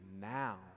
now